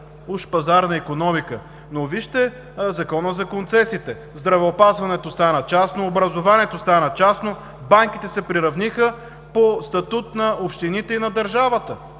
уж пазарна икономика. Но вижте Закона за концесиите. Здравеопазването стана частно, образованието стана частно, банките се приравниха по статут на общините и на държавата.